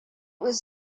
was